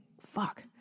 Fuck